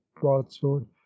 broadsword